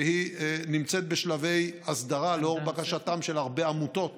שנמצאת בשלבי הסדרה, לאור בקשתן של הרבה עמותות